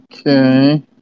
Okay